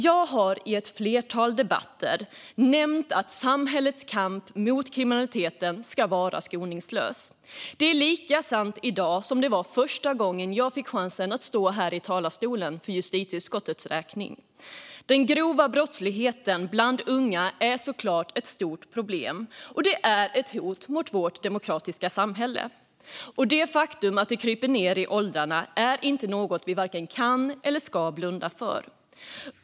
Jag har i ett flertal debatter nämnt att samhällets kamp mot kriminaliteten ska vara skoningslös. Det är lika sant i dag som det var första gången jag fick chansen att stå här i talarstolen för justitieutskottets räkning. Den grova brottsligheten bland unga är ett stort problem och ett hot mot vårt demokratiska samhälle. Det faktum att den kryper ned i åldrarna är inte något vi vare sig kan eller ska blunda för.